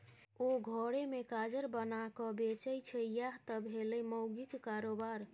ओ घरे मे काजर बनाकए बेचय छै यैह त भेलै माउगीक कारोबार